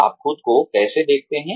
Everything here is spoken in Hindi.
आप खुद को कैसे देखते हैं